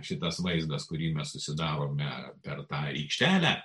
šitas vaizdas kurį mes susidarome per tą rykštelę